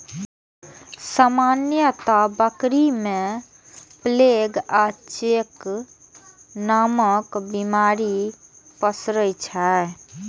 सामान्यतः बकरी मे प्लेग आ चेचक नामक बीमारी पसरै छै